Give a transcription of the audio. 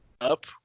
up